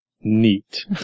neat